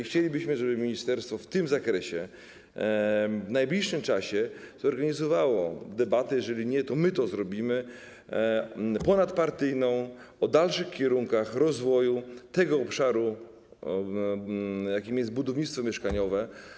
Chcielibyśmy, żeby ministerstwo w tym zakresie w najbliższym czasie zorganizowało debatę - jeżeli nie, to my to zrobimy - ponadpartyjną o dalszych kierunkach rozwoju tego obszaru, jakim jest budownictwo mieszkaniowe.